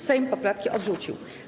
Sejm poprawki odrzucił.